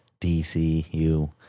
DCU